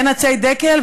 אין עצי דקל,